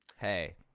Hey